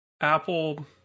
Apple